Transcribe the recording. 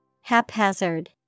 haphazard